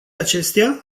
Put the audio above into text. acestea